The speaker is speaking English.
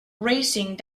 racing